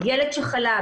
ילד שחלה,